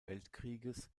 weltkrieges